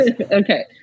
Okay